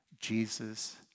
Jesus